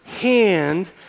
hand